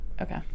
okay